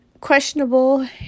questionable